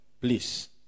please